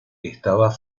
estaba